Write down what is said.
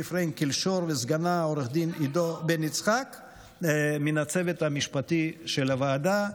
פרנקל שור וסגנה עו"ד עידו בן יצחק מן הצוות המשפטי של הוועדה.